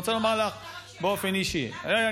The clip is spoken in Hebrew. אני רוצה לומר באופן אישי, רק שאלה קטנה.